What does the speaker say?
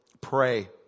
Pray